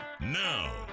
Now